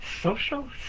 Social